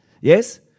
Yes